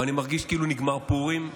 אבל אני מרגיש כאילו נגמר פורים.